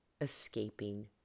escaping